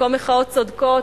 במקום מחאות צודקות,